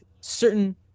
certain